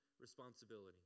responsibility